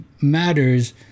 matters